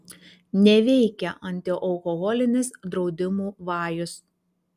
neveikia antialkoholinis draudimų vajus